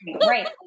Right